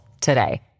today